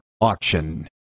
auction